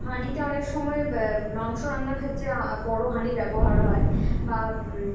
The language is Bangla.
হাঁড়িতে অনেক সময় মাংস রান্নার ক্ষেত্রে বড়ো হাঁড়ি ব্যবহার হয় বা